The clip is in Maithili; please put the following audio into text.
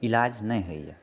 इलाज नहि होइए